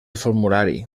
formulari